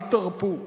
אל תרפו,